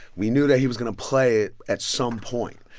we knew that he was going to play it at some point.